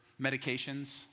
medications